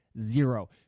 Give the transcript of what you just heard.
Zero